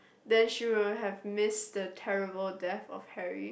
then she will have missed the terrible death of Harry